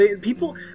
people